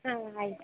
ಹಾಂ ಆಯಿತು